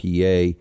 PA